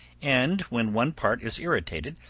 and when one part is irritated,